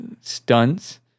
stunts